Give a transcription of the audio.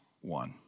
one